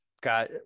got